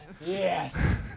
yes